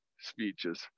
speeches